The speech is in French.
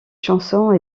chansons